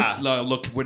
Look